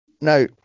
Now